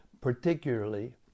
particularly